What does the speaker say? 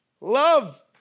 love